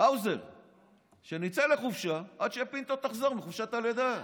האוזר ביקש שנצא לחופשה עד שפינטו תחזור מחופשת הלידה.